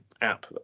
app